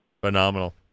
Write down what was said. Phenomenal